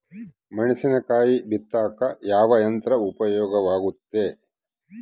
ಮೆಣಸಿನಕಾಯಿ ಬಿತ್ತಾಕ ಯಾವ ಯಂತ್ರ ಉಪಯೋಗವಾಗುತ್ತೆ?